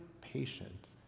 patient